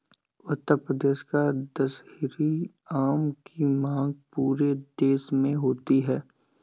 उत्तर प्रदेश का दशहरी आम की मांग पूरे देश में होती है